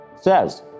says